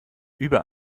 über